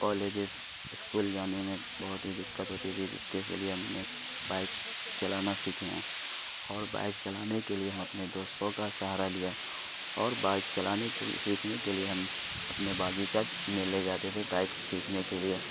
colleges school جانے میں بہت ہی دقت ہوتی تھی جس کے اس لیے ہم نے بائک چلانا سیکھے ہیں اور بائک چلانے کے لیے ہم اپنے دوستوں کا سہارا لیا اور بائک چلانے کے سیکھنے کے لیے ہم اپنے باغیچہ میں لے جاتے تھے بائک سیکھنے کے لیے